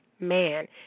man